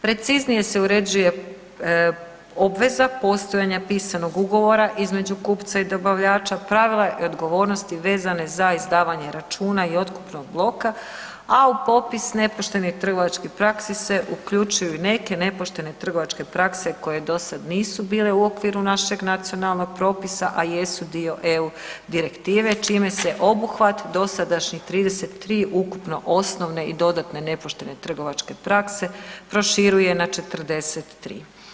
Preciznije se uređuje obveza postojanja pisanog ugovora između kupca i dobavljača, pravila i odgovornosti vezane za izdavanje računa i otkupnog bloka a u popis nepoštenih trgovačkih praksi se uključuju i neke nepoštene trgovačke prakse koje dosad bile u okviru našeg nacionalnog propisa a jesu dio EU direktive, čime se obuhvat dosadašnjim 33 ukupno osnovne i dodatne nepoštene trgovačke prakse, proširuje na 43.